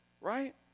right